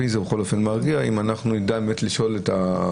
אותי זה בכל אופן מרגיע אם אנחנו נדע באמת לשאול את,